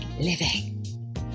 living